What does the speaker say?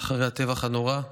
אחרי הטבח הנורא,